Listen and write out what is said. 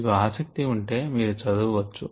మీకు ఆసక్తి ఉంటే మీరు చదువ వచ్చు